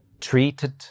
treated